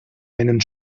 einen